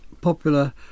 popular